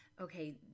okay